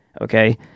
okay